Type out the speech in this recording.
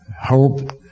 hope